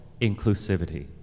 inclusivity